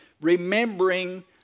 remembering